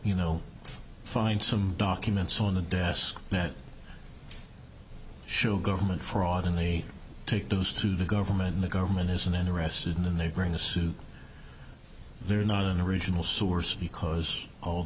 you know find some documents on the desk that show government fraud and they take those to the government the government isn't interested in and they bring a suit they're not in the original source because all